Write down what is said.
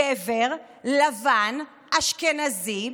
גבר, לבן, אשכנזי,